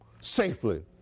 safely